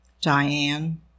Diane